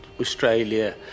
Australia